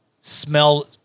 smell